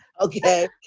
Okay